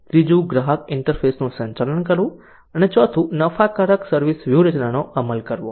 ત્રીજું ગ્રાહક ઇન્ટરફેસનું સંચાલન કરવું અને ચોથી નફાકારક સર્વિસ વ્યૂહરચનાનો અમલ કરવો